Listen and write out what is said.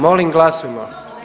Molim glasujmo.